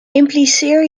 impliceer